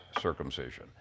circumcision